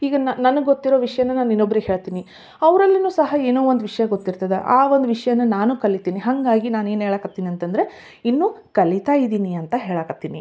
ಈಗ ನನಗೆ ಗೊತ್ತಿರೋ ವಿಷಯನ ನಾನು ಇನ್ನೊಬ್ರಿಗೆ ಹೇಳ್ತೀನಿ ಅವರಲ್ಲಿನೂ ಸಹ ಏನೋ ಒಂದು ವಿಷಯ ಗೊತ್ತಿರ್ತದ ಆ ಒಂದು ವಿಷಯನ ನಾನು ಕಲಿತಿನಿ ಹಾಗಾಗಿ ನಾನು ಏನು ಹೇಳಕೆ ಹತ್ತೀನಿ ಅಂದರೆ ಇನ್ನು ಕಲಿತ ಇದ್ದೀನಿ ಅಂತ ಹೇಳಕ್ಕೆ ಹತ್ತೀನಿ